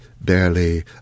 barely